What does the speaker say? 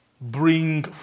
bring